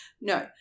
No